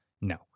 No